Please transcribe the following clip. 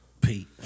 Pete